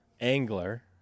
angler